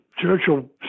Churchill